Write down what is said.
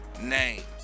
names